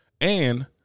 and-